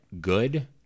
good